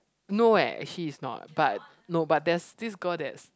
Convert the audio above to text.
no eh actually it's not but no but there's this girl that's